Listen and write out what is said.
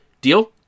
Deal